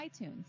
itunes